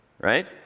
Right